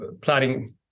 planning